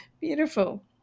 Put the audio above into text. beautiful